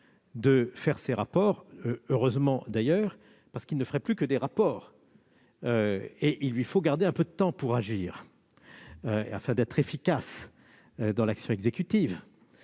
de faire ces rapports, heureusement d'ailleurs ! Sinon, il ne ferait plus que cela ! Il lui faut garder un peu de temps pour agir, afin d'être efficace dans l'action exécutive.